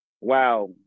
wow